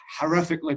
horrifically